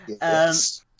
Yes